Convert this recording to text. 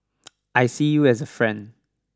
I see you as a friend